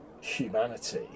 humanity